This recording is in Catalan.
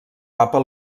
papa